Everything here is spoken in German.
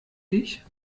dich